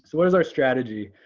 what is our strategy?